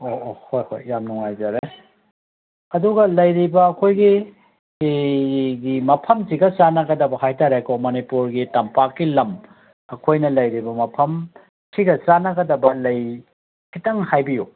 ꯑꯣ ꯑꯣ ꯍꯣꯏ ꯍꯣꯏ ꯌꯥꯝ ꯅꯨꯡꯉꯥꯏꯖꯔꯦ ꯑꯗꯨꯒ ꯂꯩꯔꯤꯕ ꯑꯩꯈꯣꯏꯒꯤ ꯃꯐꯝꯁꯤꯒ ꯆꯥꯟꯅꯒꯗꯕ ꯍꯥꯏꯇꯥꯔꯦꯀꯣ ꯃꯅꯤꯄꯨꯔꯒꯤ ꯇꯝꯄꯥꯛꯀꯤ ꯂꯝ ꯑꯩꯈꯣꯏꯅ ꯂꯩꯔꯤꯕ ꯃꯐꯝꯁꯤꯒ ꯆꯥꯟꯅꯒꯗꯕ ꯂꯩ ꯈꯤꯇꯪ ꯍꯥꯏꯕꯤꯌꯨ